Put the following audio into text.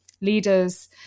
leaders